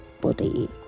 body